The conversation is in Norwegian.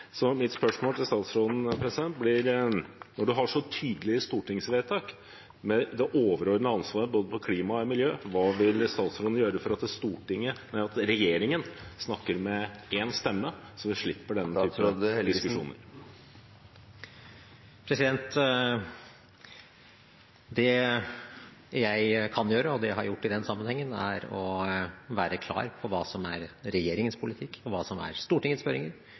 Så mitt spørsmål til statsråden blir: Når en har så tydelige stortingsvedtak, med det overordnede ansvaret både på klima og på miljø, hva vil statsråden gjøre for at regjeringen snakker med én stemme så vi slipper denne typen diskusjoner? Det jeg kan gjøre – og det har jeg gjort i den sammenhengen – er å være klar på hva som er regjeringens politikk, og hva som er Stortingets føringer,